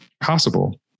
possible